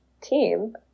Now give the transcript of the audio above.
team